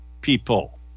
people